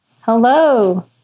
Hello